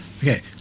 Okay